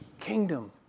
kingdom